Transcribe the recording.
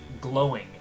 glowing